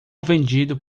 vendido